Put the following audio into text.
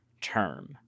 term